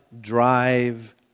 drive